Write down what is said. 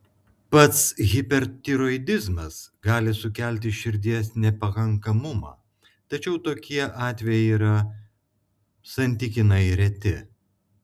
pats hipertiroidizmas gali sukelti širdies nepakankamumą tačiau tokie atvejai yra santykinai reti